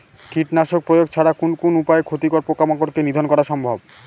কীটনাশক প্রয়োগ ছাড়া কোন কোন উপায়ে ক্ষতিকর পোকামাকড় কে নিধন করা সম্ভব?